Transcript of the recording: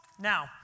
Now